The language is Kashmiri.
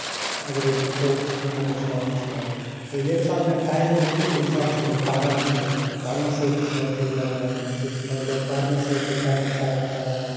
اَگر أسۍ وٕچھو ہِندُستانَس منٛز تہٕ ییٚمہِ ساتہٕ مےٚ ٹایم مِلہِ تَمہِ ساتہٕ چھُس بہٕ پَران تہِ پَرنہٕ سۭتۍ تہِ چھِ مےٚ دِل لگان بہٕ چھُس مطلب پَرنہٕ سۭتۍ تہِ ٹایم سَرف کران